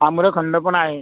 आम्रखंड पण आहे